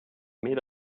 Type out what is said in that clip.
made